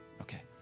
Okay